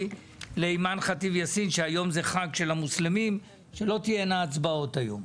לאימאן ח'טיב יאסין שלא תהיינה הצבעות היום,